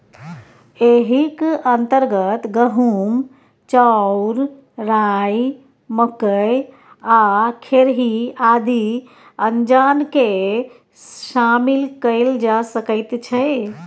एहिक अंतर्गत गहूम, चाउर, राई, मकई आ खेरही आदि अनाजकेँ शामिल कएल जा सकैत छै